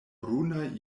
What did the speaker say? brunaj